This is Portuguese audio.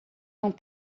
não